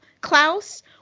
Klaus